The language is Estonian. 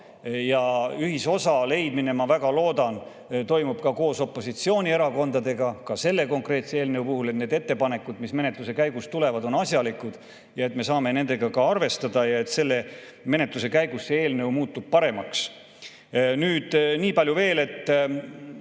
Ühisosa leidmine, ma väga loodan, toimub koos opositsioonierakondadega ka selle konkreetse eelnõu puhul, need ettepanekud, mis menetluse käigus tulevad, on asjalikud, me saame nendega ka arvestada ja selle menetluse käigus muutub see eelnõu paremaks. Niipalju veel, et